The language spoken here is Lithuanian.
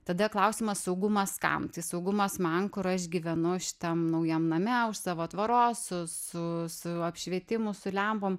tada klausimas saugumas kam tai saugumas man kur aš gyvenu šitam naujam name už savo tvoros su su su apšvietimu su lempom